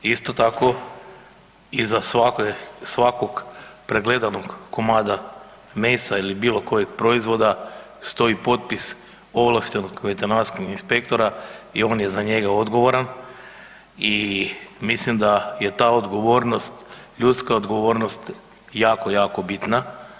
Isto tako i za svakog pregledanog komada mesa ili bilo kojeg proizvoda stoji potpis ovlaštenog veterinarskog inspektora i on je za njega odgovoran i mislim da je ta odgovornost ljudska odgovornost jako, jako bitno.